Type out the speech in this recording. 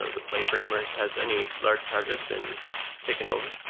ah the play framework has any large project been taken over?